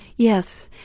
yes.